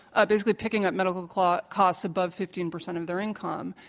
ah basically picking up medical ah costs above fifteen percent of their income.